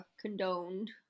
condoned